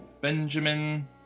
Benjamin